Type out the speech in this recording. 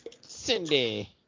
Cindy